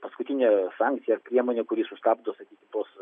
paskutinė sankcija ar priemonė kuri sustabdo tuos